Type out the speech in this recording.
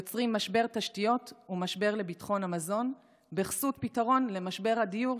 יוצרים משבר תשתיות ומשבר לביטחון המזון בכסות פתרון למשבר הדיור,